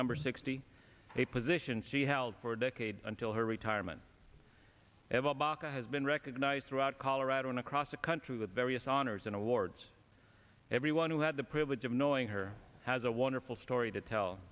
number sixty a position she held for a decade until her retirement ever baka has been recognized throughout colorado and across the country with various honors and awards everyone who had the privilege of knowing her has a wonderful story to tell